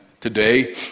today